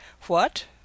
What